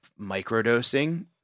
microdosing